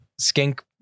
Skink